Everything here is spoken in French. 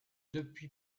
depuis